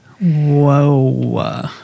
Whoa